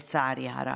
לצערי הרב.